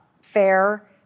fair